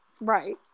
Right